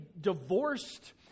divorced